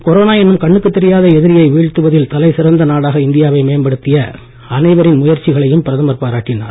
corona என்னும் கண்ணுக்குத் தெரியாத எதிரியை வீழ்த்துவதில் தலைசிறந்த நாடாக இந்தியாவை மேம்படுத்திய அனைவரின் முயற்சிகளையும் பிரதமர் பாராட்டினார்